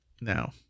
Now